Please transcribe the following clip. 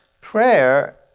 Prayer